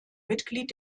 mitglied